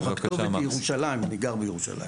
הכתובת היא ירושלים, אני גר בירושלים.